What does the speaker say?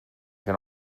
can